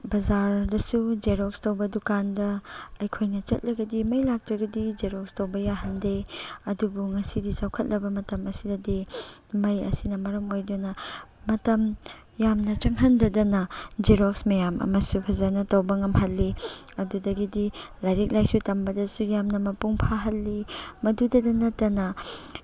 ꯕꯖꯥꯔꯗꯁꯨ xerox ꯇꯧꯕ ꯗꯨꯀꯥꯟꯗ ꯑꯩꯈꯣꯏꯅ ꯆꯠꯂꯒꯗꯤ ꯃꯩ ꯂꯥꯛꯇ꯭ꯔꯒꯗꯤ ꯖꯦꯔꯣꯛꯁ ꯇꯧꯕ ꯌꯥꯍꯟꯗꯦ ꯑꯗꯨꯕꯨ ꯉꯁꯤꯗꯤ ꯆꯥꯎꯈꯠꯂꯕ ꯃꯇꯝ ꯑꯁꯤꯗꯗꯤ ꯃꯩ ꯑꯁꯤꯅ ꯃꯔꯝ ꯑꯣꯏꯗꯨꯅ ꯃꯇꯝ ꯌꯥꯝꯅ ꯆꯪꯍꯟꯗꯗꯅ ꯖꯦꯔꯣꯛꯁ ꯃꯌꯥꯝ ꯑꯃꯁꯨ ꯐꯖꯅ ꯇꯧꯕ ꯉꯝꯍꯜꯂꯤ ꯑꯗꯨꯗꯒꯤꯗꯤ ꯂꯥꯏꯔꯤꯛ ꯂꯥꯏꯁꯨ ꯇꯝꯕꯗꯨ ꯌꯥꯝꯅ ꯃꯄꯨꯡ ꯐꯥꯍꯜꯂꯤ ꯃꯗꯨꯗꯇ ꯅꯠꯇꯅ